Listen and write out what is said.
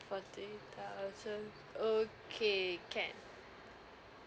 fourty thousand okay can